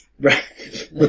Right